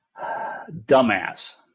Dumbass